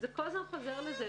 זה כל הזמן חוזר לזה.